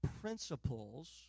principles